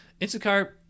Instacart